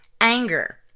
anger